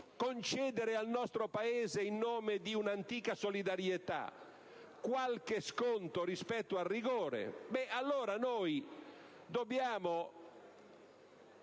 concedere al nostro Paese, in nome di un'antica solidarietà, uno sconto rispetto al rigore, allora nella